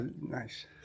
nice